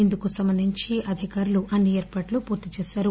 ఇందుకు సంబంధించి అధికారులు అన్సి ఏర్పాట్లు పూర్తి చేశారు